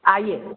आइए